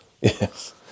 Yes